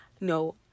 No